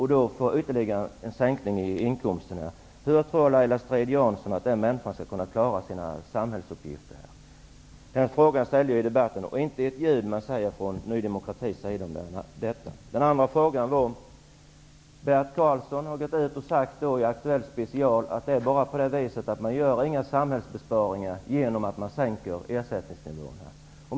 Hur tror Laila Strid Jansson att den människan skall klara sina samhällsuppgifter? Den frågan ställde jag i debatten här. Men från Ny demokratis sida säger man inte ett ljud om detta. Den andra frågan rörde Bert Karlssons uttalande i Aktuellt Special att man inte gör några samhällsbesparingar genom att sänka ersättningsnivån.